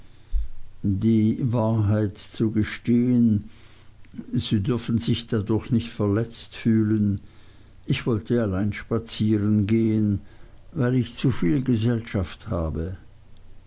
die wahrheit zu gestehen sie dürfen sich dadurch nicht verletzt fühlen ich wollte allein spazieren gehen weil ich zuviel gesellschaft gehabt habe